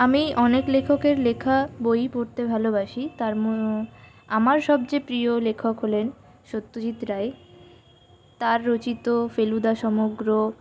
আমি অনেক লেখকের লেখা বই পড়তে ভালোবাসি তার আমার সবচেয়ে প্রিয় লেখক হলেন সত্যজিৎ রায় তাঁর রচিত ফেলুদা সমগ্র